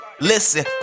Listen